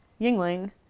Yingling